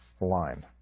line